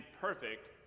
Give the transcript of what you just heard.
perfect